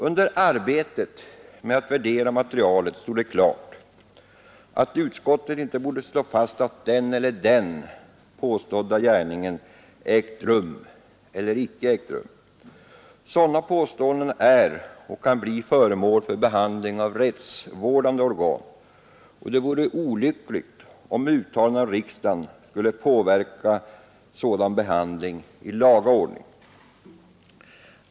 Under arbetet med att värdera materialet stod det klart att utskottet inte borde slå fast att den eller den påstådda gärningen ägt rum eller inte hade ägt rum. Sådana påståenden är eller kan bli föremål för behandling av rättsvårdande organ, och det vore olyckligt om uttalanden av riksdagen skulle påverka sådan behandling i laga ordning.